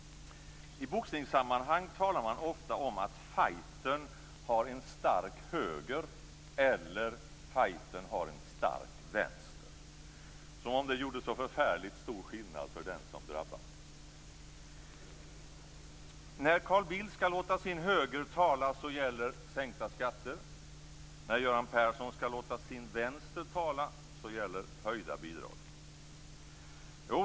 I boxningssammanhang talar man ofta om att fightern har en stark höger eller en stark vänster. Som om det gjorde så förfärligt stor skillnad för den som drabbas! När Carl Bildt skall låta sin höger tala så gäller: Sänkta skatter. När Göran Persson skall låta sin vänster tala så gäller: Höjda bidrag.